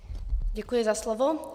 Děkuji za slovo.